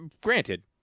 Granted